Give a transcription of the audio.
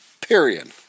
period